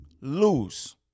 lose